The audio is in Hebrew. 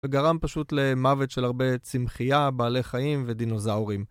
וגרם פשוט למוות של הרבה צמחייה, בעלי חיים ודינוזאורים.